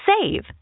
save